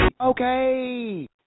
Okay